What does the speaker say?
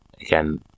again